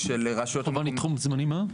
לתחום זמנים מה?